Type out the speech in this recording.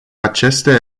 aceste